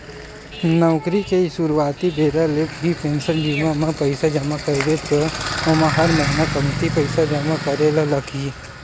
नउकरी के सुरवाती बेरा ले ही पेंसन बीमा म पइसा जमा करबे त ओमा हर महिना कमती पइसा जमा करे ल लगही